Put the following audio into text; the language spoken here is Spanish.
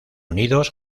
unidos